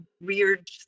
weird